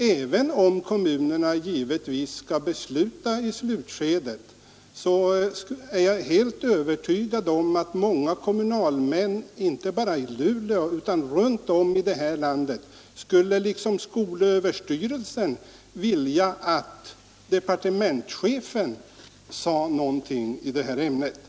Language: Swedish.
Även om kommunerna givetvis skall fälla avgörandet i slutskedet, är jag helt övertygad om att många kommunalmän inte bara i Luleå utan runt om i vårt land liksom skolöverstyrelsen skulle vilja att departementchefen sade någonting mera konkret om lämplig skolstorlek.